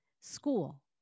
school